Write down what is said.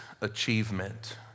achievement